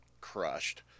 crushed